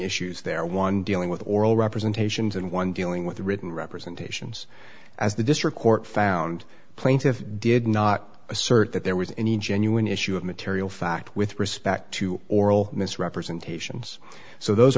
issues there one dealing with oral representations and one dealing with written representations as the district court found plaintive did not assert that there was any genuine issue of material fact with respect to oral misrepresentations so those